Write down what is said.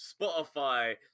Spotify